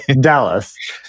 Dallas